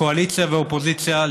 קואליציה ואופוזיציה,